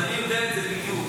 אז אני יודע את זה בדיוק.